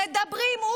מדברים,